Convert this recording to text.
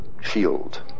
Shield